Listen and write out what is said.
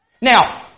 Now